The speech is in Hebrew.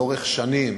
לאורך שנים,